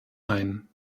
ein